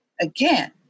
again